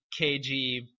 kg